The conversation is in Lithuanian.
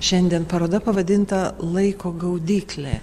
šiandien paroda pavadinta laiko gaudyklė